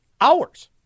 hours